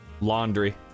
Laundry